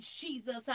Jesus